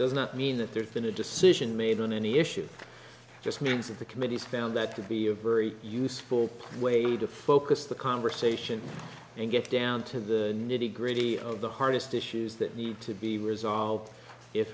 does not mean that there's been a decision made on any issue just means of the committees found that to be a very useful way to focus the conversation and get down to the nitty gritty of the hardest issues that need to be resolved if